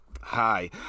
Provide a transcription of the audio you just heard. Hi